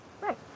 right